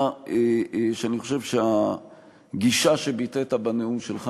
שאני חושב שהגישה שביטאת בנאום שלך,